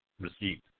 received